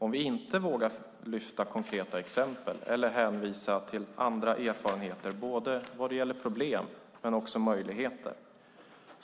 Om vi inte vågar lyfta fram konkreta exempel eller hänvisa till andra erfarenheter, vad gäller både problem och möjligheter,